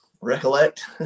recollect